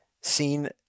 seen